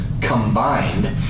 combined